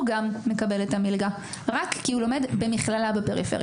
הוא גם מקבל את המלגה רק כי הוא לומד במכללה בפריפריה.